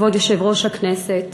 כבוד יושב-ראש הכנסת,